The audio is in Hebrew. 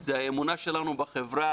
זה האמונה שלנו בחברה,